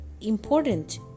important